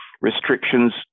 restrictions